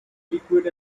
liquid